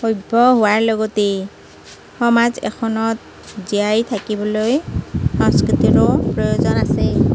সভ্য হোৱাৰ লগতে সমাজ এখনত জীয়াই থাকিবলৈ সংস্কৃতিৰো প্ৰয়োজন আছে